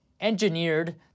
engineered